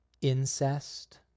incest